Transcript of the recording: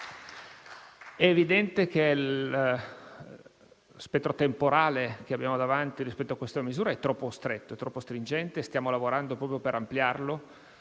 È evidente che lo spettro temporale che abbiamo davanti rispetto a questa misura è troppo stretto e troppo stringente; stiamo lavorando proprio per ampliarlo.